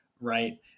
right